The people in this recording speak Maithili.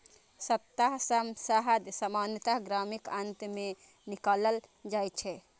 छत्ता सं शहद सामान्यतः गर्मीक अंत मे निकालल जाइ छै